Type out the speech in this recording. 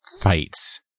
fights